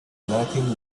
nothing